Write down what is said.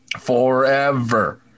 Forever